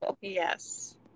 Yes